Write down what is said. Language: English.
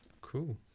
Cool